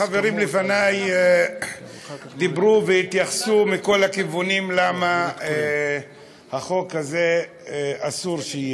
החברים לפני דיברו והתייחסו מכל הכיוונים למה החוק הזה אסור שיהיה.